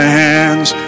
hands